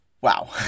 wow